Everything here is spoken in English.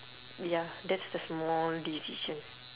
ya that's the small decision